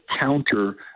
counter